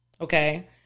okay